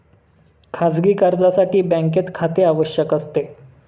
खाजगी कर्जासाठी बँकेत खाते आवश्यक असते